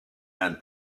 and